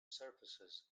surfaces